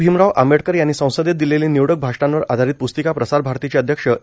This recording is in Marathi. भीमराव आंबेडकर यांनी संसदेत दिलेली निवडक भाषणांवर आधारित प्स्तिका प्रसार भारतीचे अध्यक्ष ए